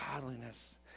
godliness